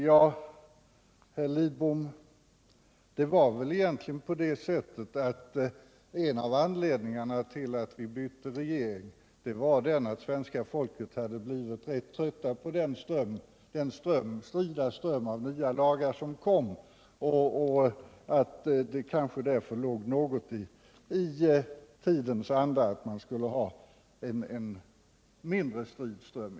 Ja, herr Lidbom, en av anledningarna till att vi bytte regering var väl att svenska folket hade blivit rätt trött på den strida ström av nya lagar som kom och att det kanske därför var i tidens anda att den strömmen blev mindre strid.